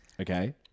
Okay